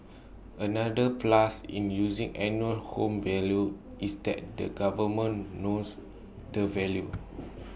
another plus in using annual home value is that the government knows the value